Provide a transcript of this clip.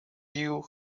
you